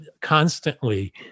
constantly